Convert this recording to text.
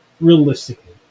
Realistically